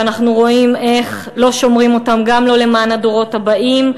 שאנחנו רואים איך לא שומרים אותם גם לא למען הדורות הבאים,